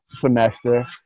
semester